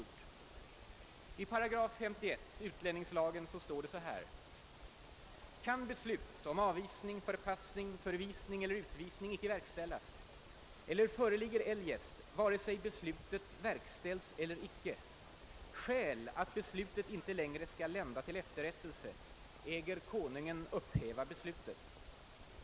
I 51 § utlänningslagen står det så här: »Kan beslut om avvisning, förpassning, förvisning eller utvisning icke verkställas eller föreligger eljest, vare sig beslutet verkställts eller icke, skäl att beslutet inte längre skall lända till efterrättelse, äger Konungen upphäva beslutet.